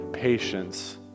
patience